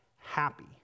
happy